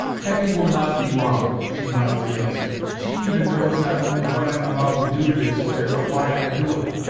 hetty will not be wronged, she mildly answered she even knows not only what i am about to do, deerslayer, but why i do it.